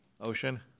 ocean